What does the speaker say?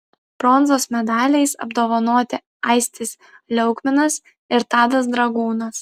bronzos medaliais apdovanoti aistis liaugminas ir tadas dragūnas